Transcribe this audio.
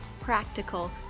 practical